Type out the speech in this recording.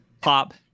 pop